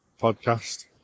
podcast